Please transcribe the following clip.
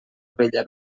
abella